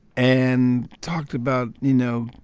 and talked about, you know,